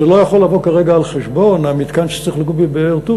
זה לא יכול לבוא כרגע על חשבון המתקן שצריך לקום בבאר-טוביה.